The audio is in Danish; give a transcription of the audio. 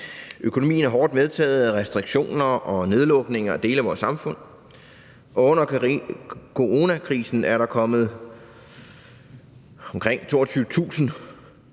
Økonomien er hårdt medtaget af restriktioner og nedlukninger af dele af vores samfund, og under coronakrisen er der kommet